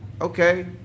Okay